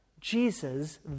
Jesus